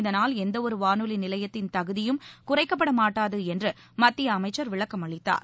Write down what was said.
இதனால் எந்தவொரு வானொலி நிலையத்தின் தகுதியும் குறைக்கப்பட மாட்டாது என்று மத்திய அமைச்சர் விளக்கமளித்தார்